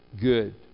good